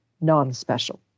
non-special